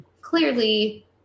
clearly